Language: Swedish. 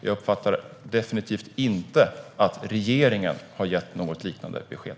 Jag uppfattar definitivt inte att regeringen har gett något liknande besked.